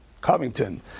Covington